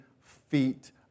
feet